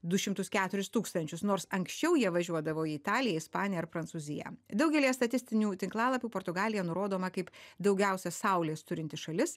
du šimtus keturis tūkstančius nors anksčiau jie važiuodavo į italiją ispaniją ar prancūziją daugelyje statistinių tinklalapių portugalija nurodoma kaip daugiausia saulės turinti šalis